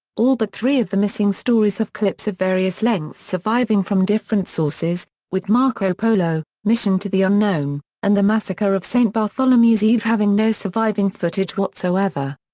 all but three of the missing stories have clips of various lengths surviving from different sources, with marco polo, mission to the unknown, and the massacre of st bartholomew's eve having no surviving footage whatsoever.